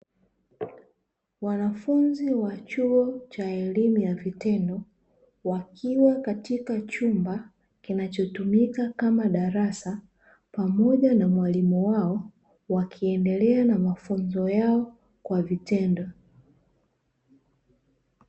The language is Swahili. Wanafunzi wa chuo cha elimu ya vitendo wakiwa katika chumba kinachotumika kama darasa pamoja na mwalimu wao, wakiendelea na mafunzo yao kwa vitendo.